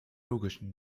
logischen